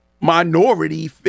minority